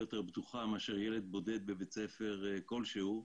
יותר בטוחה לעומת ילד בודד בבית ספר כלשהו.